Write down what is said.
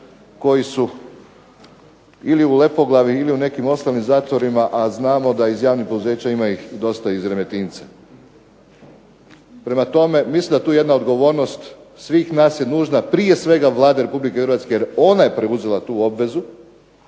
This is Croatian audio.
koji su ili u Lepoglavi ili u nekim ostalim zatvorima, a znamo da iz javnih poduzeća ima ih dosta iz Remetinca. Prema tome, mislim da tu jedna odgovornost svih nas je nužna, prije svega Vlade Republike Hrvatske jer ona je preuzela tu obvezu,